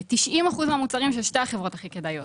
90 אחוזים מהמוצרים של שתי החברות הכי כדאיות.